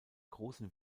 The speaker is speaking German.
großen